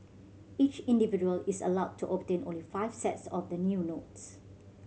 each individual is allowed to obtain only five sets of the new notes